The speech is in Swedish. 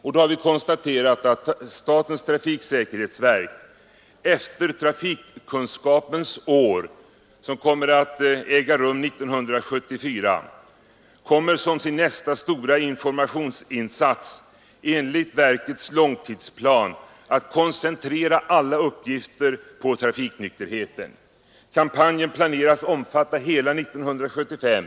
Vi har konstaterat att statens trafiksäkerhetsverk efter trafikkunskapens år 1974 enligt verkets långtidsplan kommer att som nästa stora informationsinsats koncentrera alla resurser på trafiknykterheten. Kampanjen planeras omfatta hela 1975.